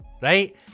right